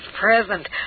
present